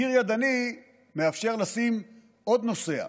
גיר ידני מאפשר לשים עוד נוסע.